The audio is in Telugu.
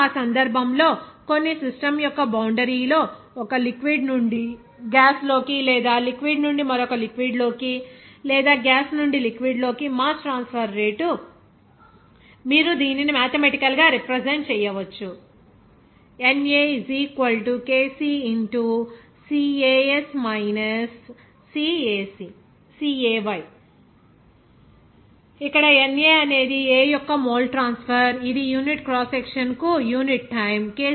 ఇప్పుడు ఆ సందర్భంలో కొన్ని సిస్టమ్ యొక్క బౌండరీ లో ఒక లిక్విడ్ నుండి గ్యాస్ లోకి లేదా లిక్విడ్ నుండి మరొక లిక్విడ్ లోకి లేదా గ్యాస్ నుండి లిక్విడ్ లోకి మాస్ ట్రాన్స్ఫర్ రేటు మీరు దీనిని మాథెమటికల్ గా రిప్రజెంట్ చేయవచ్చు NA kC cAS cA¥ ఇక్కడ ఈ NA అనేది A యొక్క మోల్ ట్రాన్స్ఫర్ ఇది యూనిట్ క్రాస్ సెక్షన్ కు యూనిట్ టైమ్